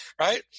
right